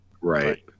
Right